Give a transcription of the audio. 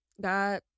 god